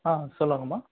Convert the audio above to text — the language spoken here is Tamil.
ஆ சொல்லுங்கம்மா